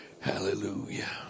Hallelujah